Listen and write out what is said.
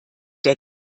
der